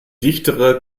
dichtere